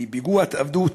פיגוע התאבדות,